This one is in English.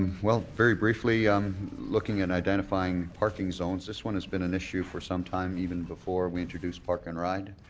well, very briefly um looking and identifying parking zone, this one has been an issue for some time even before we introduced park and ride.